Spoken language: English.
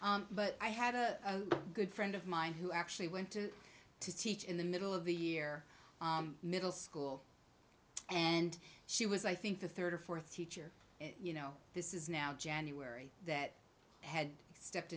but i had a good friend of mine who actually went to teach in the middle of the year middle school and she was i think the third or fourth teacher you know this is now january that had stepped